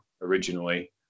originally